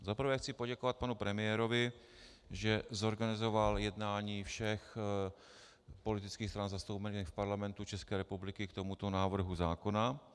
Za prvé chci poděkovat panu premiérovi, že zorganizoval jednání všech politických stran zastoupených v Parlamentu České republiky k tomuto návrhu zákona.